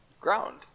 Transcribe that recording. ground